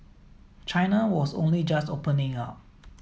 china was only just opening up